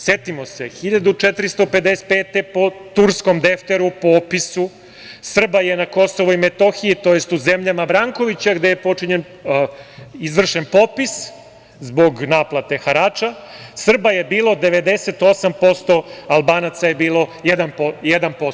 Setimo se, 1455. godine, po turskom defteru, po opisu, Srba je na Kosovu i Metohiji, tj. u zemljama Brankovića, gde je izvršen popis zbog naplate harača, Srba je bilo 98%, Albanaca je bilo 1%